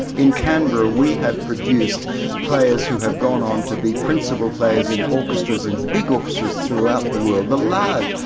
in canberra, we have produced players who have gone on to be principal players in orchestras, in big orchestras, throughout the world. the large,